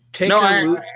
No